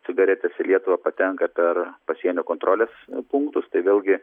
cigaretės į lietuvą patenka per pasienio kontrolės punktus tai vėlgi